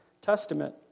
Testament